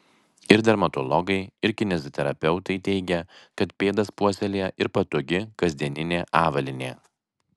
ir dermatologai ir kineziterapeutai teigia kad pėdas puoselėja ir patogi kasdieninė avalynė